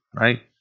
right